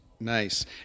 Nice